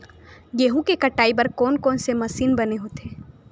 गेहूं के कटाई बर कोन कोन से मशीन बने होथे?